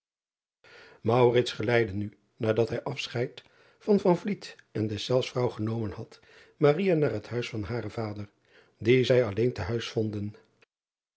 geleidde nu nadat hij afscheid van en deszelfs vrouw genomen had naar het huis van haren vader dien zij alleen te huis vonden